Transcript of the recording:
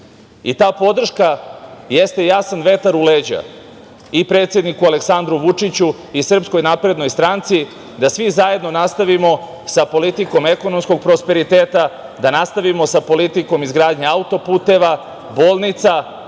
podrška jeste jasan vetar u leđa i predsedniku Aleksandru Vučiću i SNS, da svi zajedno nastavimo sa politikom ekonomskog prosperiteta i da nastavimo sa politikom izgradnje auto puteva, bolnica,